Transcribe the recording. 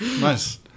nice